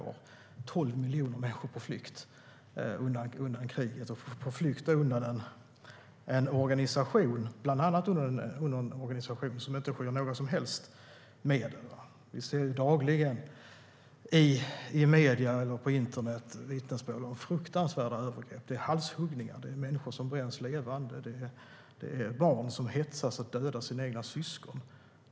Det är 12 miljoner människor på flykt undan kriget och på flykt bland annat undan en organisation som inte skyr några som helst medel. Vi ser dagligen i medier eller på internet vittnesmål om fruktansvärda övergrepp. Det är halshuggningar. Det är människor som bränns levande. Det är barn som hetsas att döda sina egna syskon.